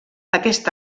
aquest